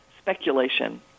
Speculation